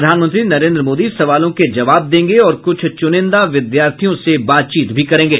प्रधानमंत्री नरेन्द्र मोदी सवालों के जवाब देंगे और कुछ चुनिंदा विद्यार्थियों से बातचीत करेंगे